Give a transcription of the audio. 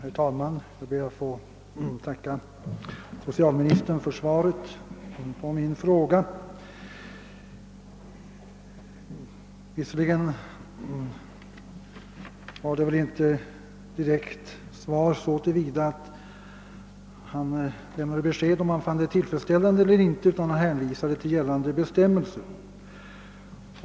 Herr talman! Jag ber att få tacka socialministern för svaret på min fråga. Emellertid var det så till vida knappast ett direkt svar på frågan, som han inte lämnade något besked om huruvida han fann ifrågavarande ordning tillfredsställande eller inte utan enbart hänvisade till gällande bestämmelser.